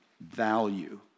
value